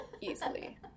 easily